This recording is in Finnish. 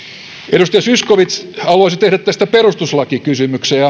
edustaja zyskowicz haluaisi tehdä tästä perustuslakikysymyksen ja